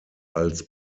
als